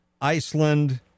Iceland